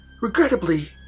Regrettably